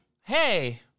hey